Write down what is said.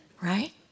Right